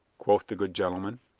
quoth the good gentleman.